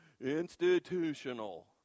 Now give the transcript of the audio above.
institutional